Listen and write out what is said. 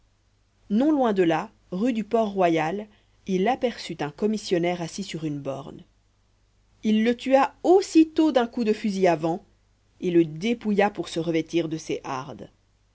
non loin de là rue du port-royal il aperçut un commissionnaire assis sur une borne il le tua aussitôt d'un coup de fusil à vent et le dépouilla pour se revêtir de ses hardes